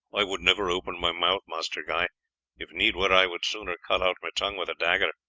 i would never open my mouth, master guy if need were i would sooner cut out my tongue with a dagger.